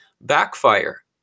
backfire